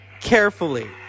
carefully